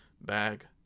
bag